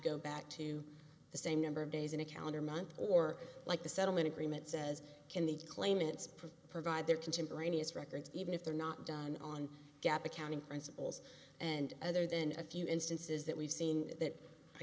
go back to the same number of days in a calendar month or like the settlement agreement says can the claimants prefer to provide their contemporaneous records even if they're not done on gap accounting principles and other than a few instances that we've seen that i